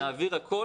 נעביר הכול.